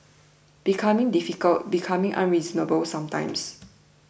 becoming difficult becoming unreasonable sometimes